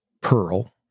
Pearl